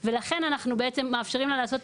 ולכן אנחנו בעצם מאפשרים לה לעשות את